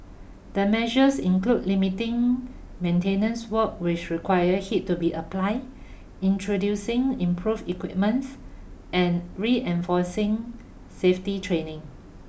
the measures include limiting maintenance work which requires heat to be applied introducing improved equipments and reinforcing safety training